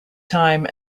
time